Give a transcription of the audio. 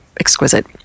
exquisite